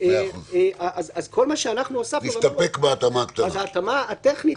ואז יצרו את ההבחנה הזאת בין התפלגות